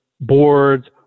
boards